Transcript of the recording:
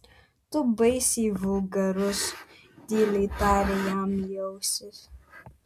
tu baisiai vulgarus tyliai tarė jam į ausį